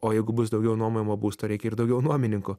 o jeigu bus daugiau nuomojamo būsto reikia ir daugiau nuomininkų